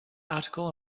article